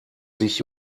sich